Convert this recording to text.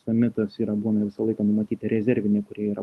samitas yra būna visą laiką numatyta rezerviniai kurie yra